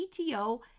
PTO